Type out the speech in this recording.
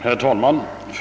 Herr talman!